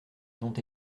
dont